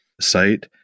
site